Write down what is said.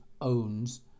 owns